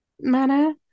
manner